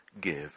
Give